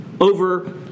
over